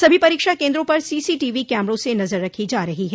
सभी परीक्षा केन्द्रों पर सीसी टीवी कैमरों से नजर रखी जा रही है